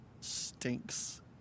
stinks